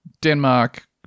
Denmark